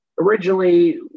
originally